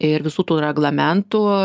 ir visų tų reglamentų